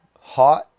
hot